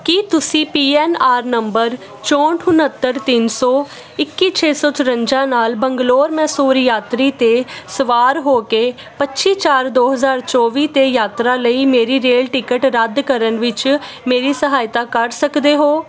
ਕੀ ਤੁਸੀਂ P N R number ਚੋਂਹਠ ਉਣੱਤਰ ਤਿੰਨ ਸੋ ਇੱਕੀ ਛੇ ਸੋ ਚੁਰੰਜਾ ਨਾਲ ਬੰਗਲੌਰ ਮੈਸੂਰ ਯਾਤਰੀ 'ਤੇ ਸਵਾਰ ਹੋ ਕੇ ਪੱਚੀ ਚਾਰ ਦੋ ਹਜ਼ਾਰ ਚੋਵੀ 'ਤੇ ਯਾਤਰਾ ਲਈ ਮੇਰੀ ਰੇਲ ਟਿਕਟ ਰੱਦ ਕਰਨ ਵਿੱਚ ਮੇਰੀ ਸਹਾਇਤਾ ਕਰ ਸਕਦੇ ਹੋ